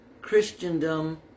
Christendom